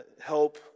help